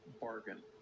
bargain